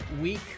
week